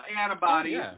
antibodies